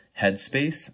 headspace